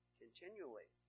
continually